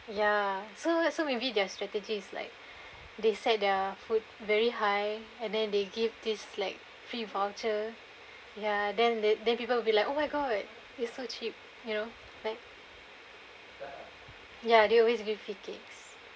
ya so so maybe their strategy is like they set their food very high and then they give this like free voucher ya then th~ then people will be like oh my god it's so cheap you know like ya they always give free cakes